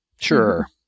Sure